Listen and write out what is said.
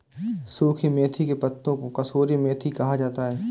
सुखी मेथी के पत्तों को कसूरी मेथी कहा जाता है